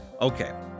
Okay